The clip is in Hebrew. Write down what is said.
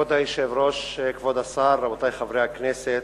כבוד היושב ראש, כבוד השר, רבותי חברי הכנסת,